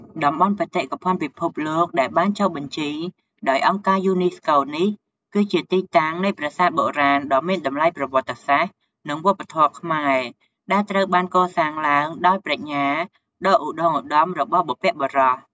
តំបន់បេតិកភណ្ឌពិភពលោកដែលបានចុះបញ្ជីដោយអង្គការយូណេស្កូនេះ គឺជាទីតាំងនៃប្រាសាទបុរាណដ៏មានតម្លៃប្រវត្តិសាស្ត្រ និងវប្បធម៌ខ្មែរ ដែលត្រូវបានកសាងឡើងដោយប្រាជ្ញាដ៏ឧត្ដុង្គឧត្ដមរបស់បុព្វបុរស។